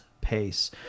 pace